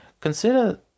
Consider